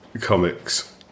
comics